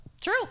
true